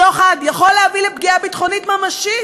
שוחד יכול להביא לפגיעה ביטחונית ממשית.